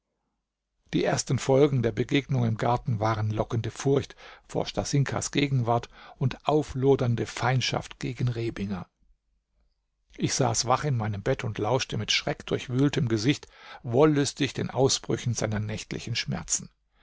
die ersten folgen der begegnung im garten waren lockende furcht vor stasinkas gegenwart und auflodernde feindschaft gegen rebinger ich saß wach in meinem bett und lauschte mit schreckdurchwühltem gesicht wollüstig den ausbrüchen seiner nächtlichen schmerzen